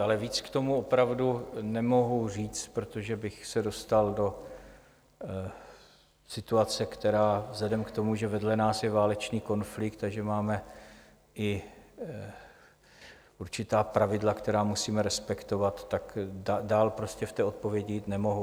Ale víc k tomu opravdu nemohu říct, protože bych se dostal do situace, která vzhledem k tomu, že vedle nás je válečný konflikt a že máme i určitá pravidla, která musíme respektovat, tak dál prostě v té odpovědi jít nemohu.